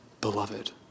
beloved